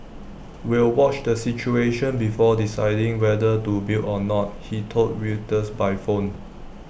we'll watch the situation before deciding whether to build or not he told Reuters by phone